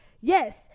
Yes